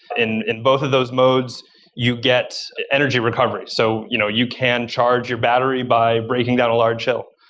in in both of those modes you get energy recovery. so you know you can charge your battery by braking down a large hill.